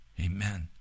Amen